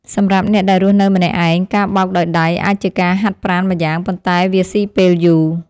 សម្រាប់អ្នកដែលរស់នៅម្នាក់ឯង ការបោកដោយដៃអាចជាការហាត់ប្រាណម្យ៉ាងប៉ុន្តែវាស៊ីពេលយូរ។